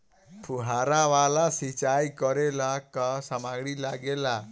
फ़ुहारा वाला सिचाई करे लर का का समाग्री लागे ला?